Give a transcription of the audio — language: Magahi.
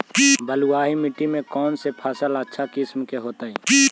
बलुआही मिट्टी में कौन से फसल अच्छा किस्म के होतै?